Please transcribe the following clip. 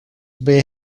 may